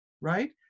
Right